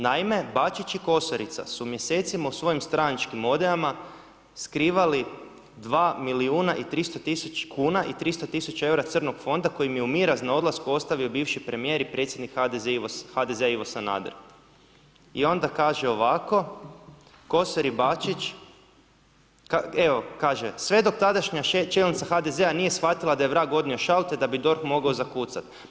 Naime, Bačić i Kosorica su mjesecima u svojim stranačkim odajama skrivali 2 milijuna i 300.000,00 kn i 300.000, 00 EUR-a crnog fonda koji im je u miraz na odlasku ostavio bivši premijer i predsjednik HDZ-a Ivo Sanader.“ I onda kaže ovako: „Kosor i Bačić“ Evo kaže: „Sve dok tadašnja čelnica HDZ-a nije shvatila da je vrag odnio šalu, te da bi DORH mogao zakucat.